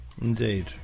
indeed